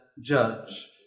judge